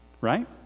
right